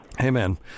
Amen